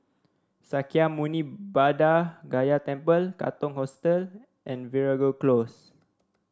Sakya Muni Buddha Gaya Temple Katong Hostel and Veeragoo Close